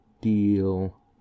deal